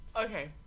Okay